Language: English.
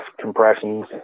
compressions